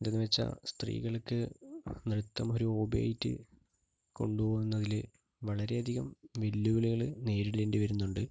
എന്തെന്ന് വെച്ചാൽ സ്ത്രീകൾക്ക് നൃത്തം ഒരു ഹോബിയായിട്ട് കൊണ്ടുപോവുന്നതിൽ വളരെയധികം വെല്ലുവിളികൾ നേരിടേണ്ടി വരുന്നുണ്ട്